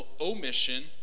omission